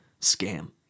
scam